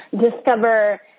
discover